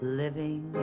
living